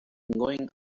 going